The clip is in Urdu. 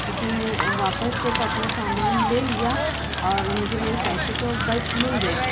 اس نے واپس سے تو اپنا سامان لے لیا اور مجھے میرے پیسے تو بٹ مل گئے